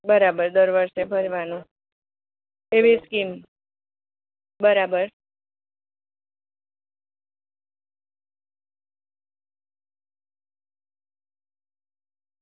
બરાબર દર વર્ષે ભરવાનું એવી સ્કીમ બરાબર